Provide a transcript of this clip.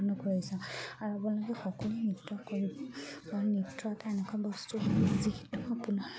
R লাগে সকলোৱে নৃত্য কৰিব নৃত্যত এনেকুৱা বস্তু যিখিনি